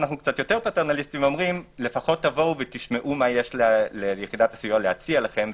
פטרנליסטים ואומרים: לפחות תבואו ותשמעו מה יש ליחידת הסיוע להציע לכם,